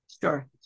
Sure